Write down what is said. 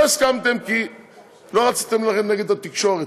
לא הסכמתם, כי לא רציתם להילחם נגד התקשורת.